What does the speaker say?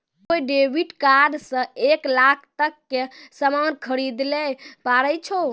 कोय debit card से एक लाख तक के सामान खरीदैल पारै छो